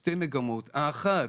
שתי מגמות: האחת,